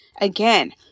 Again